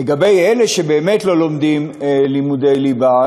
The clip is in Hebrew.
לגבי אלה שבאמת לא לומדים לימודי ליבה,